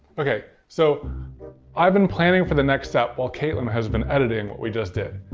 okay, so i've been planning for the next step while katelyn has been editing what we just did.